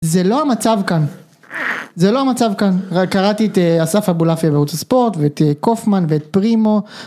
זה לא המצב כאן, זה לא המצב כאן, קראתי את אסף אבולעפיה בערוץ הספורט, ואת קופמן ואת פרימו.